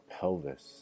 pelvis